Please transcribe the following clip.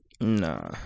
Nah